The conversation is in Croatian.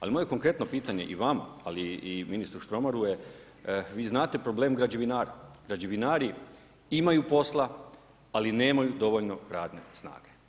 Ali moje konkretno pitanje i vama, ali i ministru Štromaru je, vi znate problem građevinara, građevinari imaju posla, ali nemaju dovoljno radne snage.